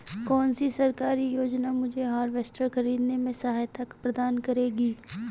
कौन सी सरकारी योजना मुझे हार्वेस्टर ख़रीदने में सहायता प्रदान करेगी?